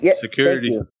security